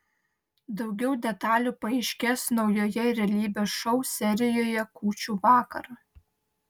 daugiau detalių paaiškės naujoje realybės šou serijoje kūčių vakarą